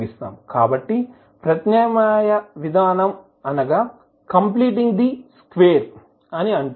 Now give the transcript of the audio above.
కాబట్టి ప్రత్యామ్నాయ విధానం కంప్లీటింగ్ ది స్క్వేర్ అని అంటారు